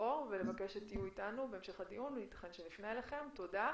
לנושא של עבירות אלמ"ב והעובדה שיש כמה חשודים בעבירות אלמ"ב